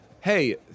hey